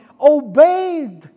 obeyed